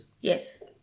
Yes